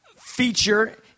feature